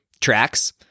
Tracks